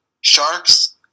Sharks